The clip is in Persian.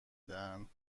دهند